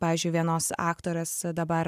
pavyzdžiui vienos aktorės dabar